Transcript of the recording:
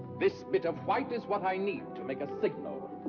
this bit of white is what i need to make a signal.